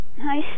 Hi